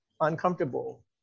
uncomfortable